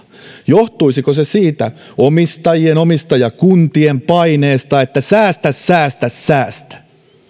johtuisiko se siitä omistajakuntien omistajakuntien paineesta että säästä säästä säästä